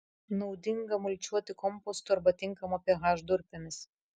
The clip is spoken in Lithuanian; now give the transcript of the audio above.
naudinga mulčiuoti kompostu arba tinkamo ph durpėmis